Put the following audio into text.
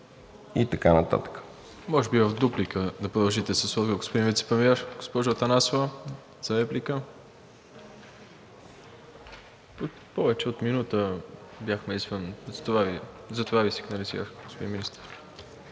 и така нататък.